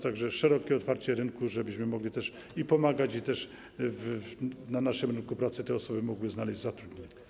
Tak że szerokie otwarcie rynku, żebyśmy mogli pomagać i żeby też na naszym rynku pracy te osoby mogły znaleźć zatrudnienie.